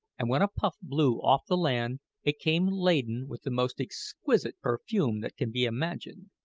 and when a puff blew off the land it came laden with the most exquisite perfume that can be imagined.